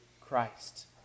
Christ